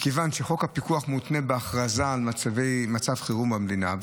מכיוון שחוק הפיקוח מותנה בהכרזה על מצב חירום במדינה,